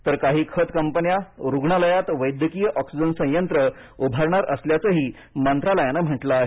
तर काही खत कंपन्या रुग्णालयात वैद्यकीय ऑक्सिजन संयंत्र उभारणार असल्याचंही मंत्रालयानं म्हटलं आहे